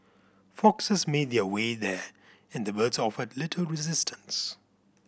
foxes made their way there and the birds offered little resistance